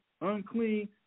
unclean